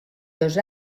dos